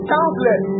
Countless